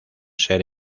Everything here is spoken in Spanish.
ser